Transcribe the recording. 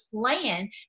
plan